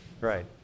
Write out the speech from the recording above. Right